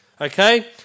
Okay